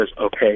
okay